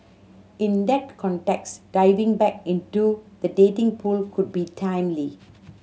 in that context diving back into the dating pool could be timely